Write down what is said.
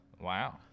Wow